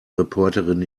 reporterin